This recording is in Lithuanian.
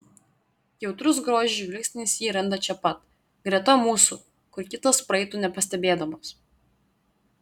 jautrus grožiui žvilgsnis jį randa čia pat greta mūsų kur kitas praeitų nepastebėdamas